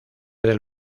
del